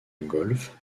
golf